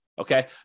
Okay